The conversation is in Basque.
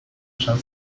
esan